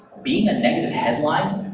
being a negative headline,